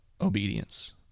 obedience